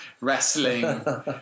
wrestling